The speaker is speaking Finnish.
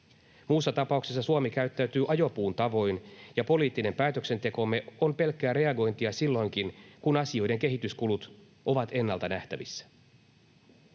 Muussa tapauksessa Suomi käyttäytyy ajopuun tavoin ja poliittinen päätöksentekomme on pelkkää reagointia silloinkin, kun asioiden kehityskulut ovat ennalta nähtävissä.